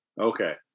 Okay